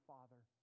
Father